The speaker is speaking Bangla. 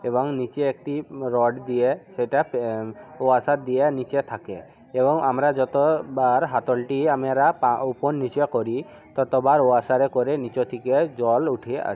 এবং নিচে একটি রড দিয়ে সেটা ওয়াসার দিয়ে নিচে থাকে এবং আমরা যত বার হাতলটি আমরা পা উপর নিচে করি ততবার ওয়াসারে করে নিচে থিকে জল উঠে আসে